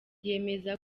yemeza